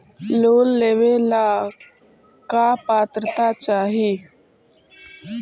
Loan लेवेला का पात्रता चाही?